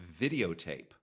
videotape